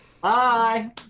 Bye